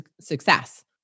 success